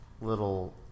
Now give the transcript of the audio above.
little